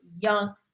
young